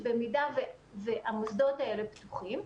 שבמידה והמוסדות האלה פתוחים,